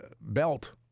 belt